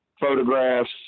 photographs